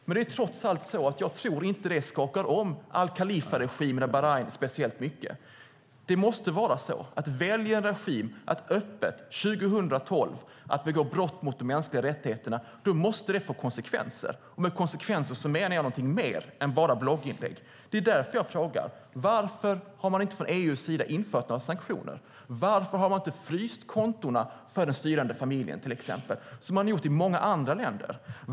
Jag tror dock inte att det skakar om al-Khalifa-regimen i Bahrain särskilt mycket. Väljer en regim att 2012 öppet begå brott mot de mänskliga rättigheterna måste det få konsekvenser, och med konsekvenser menar jag mer än blogginlägg. Det är därför jag frågar: Varför har man inte från EU:s sida infört sanktioner? Varför har man till exempel inte fryst kontona för den styrande familjen som man har gjort i många andra länder?